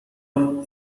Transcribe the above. are